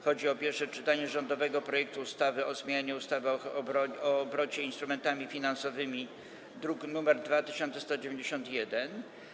Chodzi o pierwsze czytanie rządowego projektu ustawy o zmianie ustawy o obrocie instrumentami finansowymi, druk nr 2191.